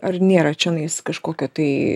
ar nėra čionais kažkokio tai